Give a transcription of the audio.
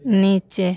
नीचे